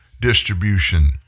distribution